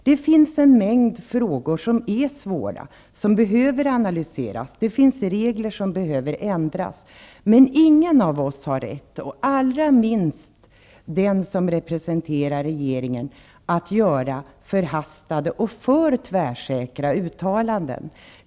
Det finns en mängd frågor som är svåra och som behöver analyseras, och det finns regler som behöver ändras. Men ingen av oss har rätt, allra minst den som representerar regeringen, att göra förhastade och för tvärsäkra uttalanden.